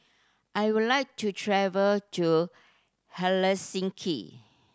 I would like to travel to